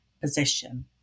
position